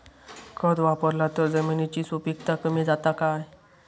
खत वापरला तर जमिनीची सुपीकता कमी जाता काय?